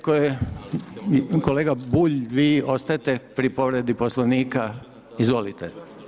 Kolega Bulj, vi ostajete pri povrijedi Poslovnika, izvolite.